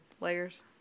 layers